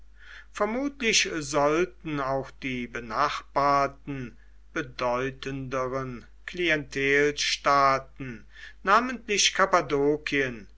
vermutlich sollten auch die benachbarten bedeutenderen klientelstaaten namentlich